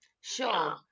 Sure